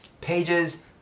pages